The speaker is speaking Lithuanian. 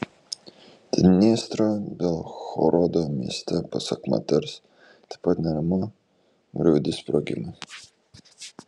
dniestro bilhorodo mieste pasak moters taip pat neramu griaudi sprogimai